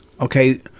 Okay